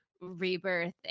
rebirth